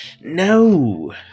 No